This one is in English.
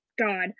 God